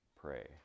pray